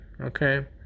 okay